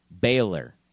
Baylor